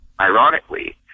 ironically